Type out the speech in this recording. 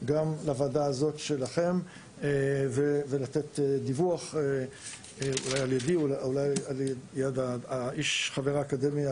גם לוועדה שלכם ולתת דיווח על ידי או על-ידי חבר האקדמיה,